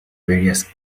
various